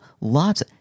lots